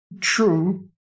True